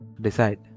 decide